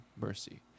mercy